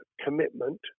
commitment